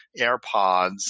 AirPods